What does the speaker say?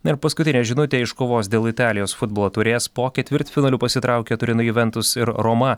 na ir paskutinė žinutė iš kovos dėl italijos futbolo turės po ketvirtfinalių pasitraukė turino juventus ir roma